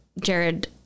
jared